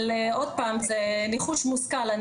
אבל זה ניחוש מושכל.